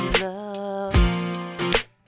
love